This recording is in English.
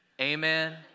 amen